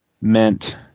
meant